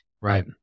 right